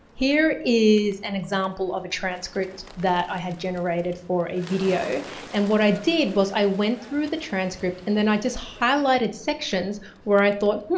here is an example of a transcript that i had generated for a video and what i did was i went through the transcript and then i just highlighted sections where i thought, hmm,